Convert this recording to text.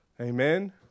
Amen